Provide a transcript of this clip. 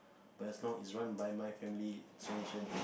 but as long is run by my family generation I'm